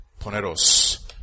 Poneros